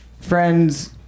friend's